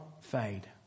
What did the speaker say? fade